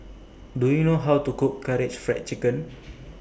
Do YOU know How to Cook Karaage Fried Chicken